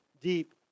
deep